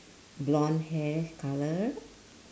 blonde hair colour